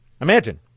Imagine